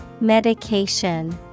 Medication